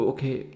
Okay